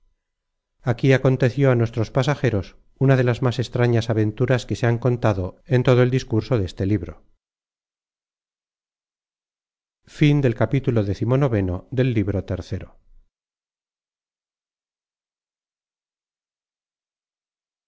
aquí aconteció á nuestros pasajeros una de las más extrañas aventuras que se han contado en todo el discurso deste libro